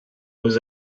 was